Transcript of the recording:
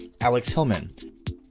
alexhillman